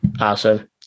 Awesome